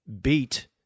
beat